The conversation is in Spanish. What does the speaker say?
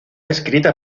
escrita